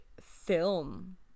film